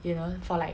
you know for like